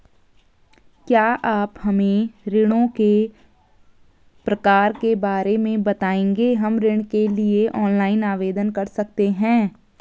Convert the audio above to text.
क्या आप हमें ऋणों के प्रकार के बारे में बताएँगे हम ऋण के लिए ऑनलाइन आवेदन कर सकते हैं?